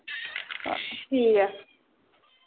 ठीक ऐ